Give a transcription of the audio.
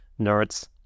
nerds